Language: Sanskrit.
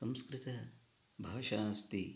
संस्कृतभाषा अस्ति